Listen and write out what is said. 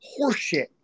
horseshit